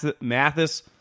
Mathis